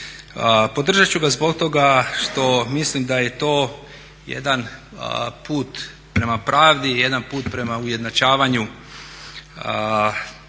Podržati ću ga zbog toga što mislim da je to jedan put prema pravdi, jedan put prema ujednačavanju